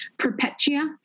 Perpetia